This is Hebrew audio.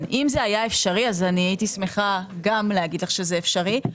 אם זה היה אפשרי, הייתי שמחה להגיד לך שזה אפשרי.